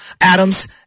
Adams